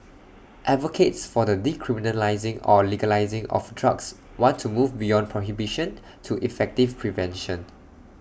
advocates for the decriminalising or legalising of drugs want to move beyond prohibition to effective prevention